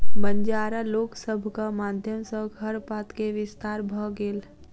बंजारा लोक सभक माध्यम सॅ खरपात के विस्तार भ गेल